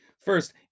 First